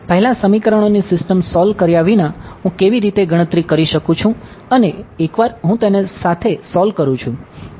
પહેલા સમીકરણોની system solve કર્યા વિના હું કેવી રીતે ગણતરી કરી શકું છું અને એકવાર હું તેની સાથે સોલ્વ કરું છું